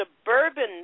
suburban